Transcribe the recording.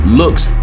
looks